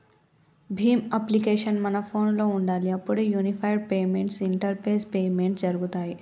Bhim application మన ఫోనులో ఉండాలి అప్పుడే యూనిఫైడ్ పేమెంట్స్ ఇంటరపేస్ పేమెంట్స్ జరుగుతాయ్